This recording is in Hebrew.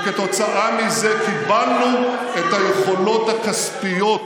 וכתוצאה מזה קיבלנו את היכולות הכספיות,